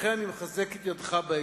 לכן אני מחזק את ידך בהקשר.